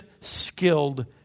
skilled